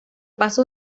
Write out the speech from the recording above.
paso